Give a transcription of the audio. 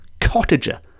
cottager